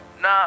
nah